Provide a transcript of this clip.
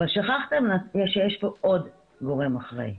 אבל שחכתם שיש פה עוד גורם אחראי,